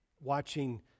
watching